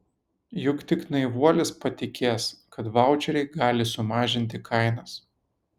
juk tik naivuolis patikės kad vaučeriai gali sumažinti kainas